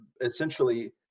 essentially